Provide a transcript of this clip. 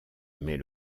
mais